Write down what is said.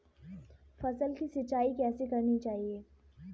फसल की सिंचाई कैसे करनी चाहिए?